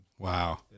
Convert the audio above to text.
Wow